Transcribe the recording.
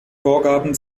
vorgaben